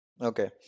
okay